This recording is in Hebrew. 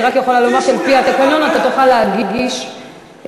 אני רק יכולה לומר שעל-פי התקנון אתה תוכל להגיש שאלה,